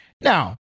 now